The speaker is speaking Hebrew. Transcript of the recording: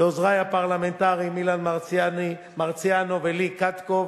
לעוזרי הפרלמנטריים אילן מרסיאנו ולי קטקוב,